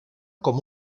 com